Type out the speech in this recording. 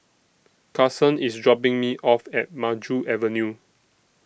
Carsen IS dropping Me off At Maju Avenue